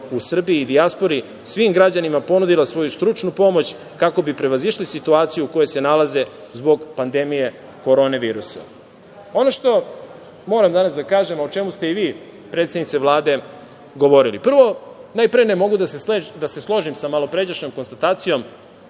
u Srbiji i dijaspori. Svima građanima ponudila je svoju stručnu pomoć kako bi prevazišli situaciju u kojoj se nalaze zbog pandemije Korona virusa. Ono što moram danas da kažem, a o čemu ste i vi, predsednice Vlade, govorili, prvo, najpre ne mogu da se složim sa malopređašnjom konstatacijom.